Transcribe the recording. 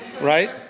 right